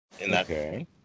Okay